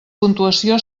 puntuació